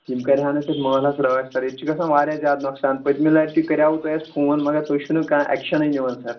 یِم کَرِہا أسۍ یَتھ محلَس رٲچھ سَر ییٚتہِ چھِ گژھان واریاہ زیادٕ نۄقصان پٔتمہِ لٹہِ تہِ کَریاوو تۄہہِ اَسہِ فون مگر تُہۍ چھُو نہٕ کانٛہہ اٮ۪کشَنٕے نِوَان سَر